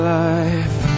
life